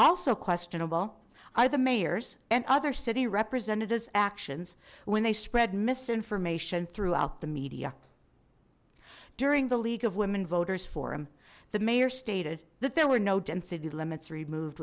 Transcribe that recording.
also questionable are the mayor's and other city representatives actions when they spread misinformation throughout the media during the league of women voters for him the mayor stated that there were no density limits removed